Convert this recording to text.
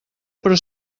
però